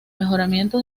mejoramiento